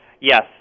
Yes